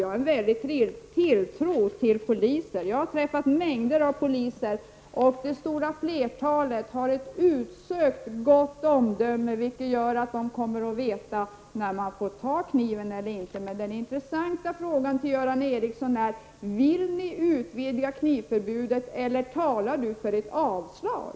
Jag har träffat mängder av poliser och har stor tilltro till dem. Det stora flertalet har ett utsökt gott omdöme, vilket gör att de kommer att veta när de får ta kniven ifrån personer. Den intressanta frågan till Göran Ericsson är dock om ni moderater vill utvidga knivförbudet. Eller talar Göran Ericsson för ett avslag?